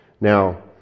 Now